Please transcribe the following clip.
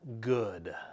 good